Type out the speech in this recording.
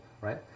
right